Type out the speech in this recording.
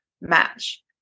match